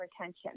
retention